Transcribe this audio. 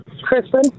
Kristen